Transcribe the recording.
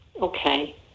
Okay